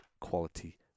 quality